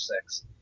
Six